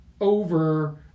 over